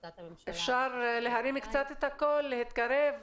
והחלטות ההמשך של החברה הערבית והחברה הבדואית.